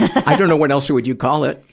i don't know what else, would you call it.